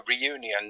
reunion